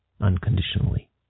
unconditionally